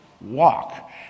walk